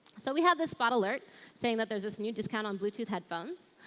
so we have this spot alert saying that there's this new discount on bluetooth headphones.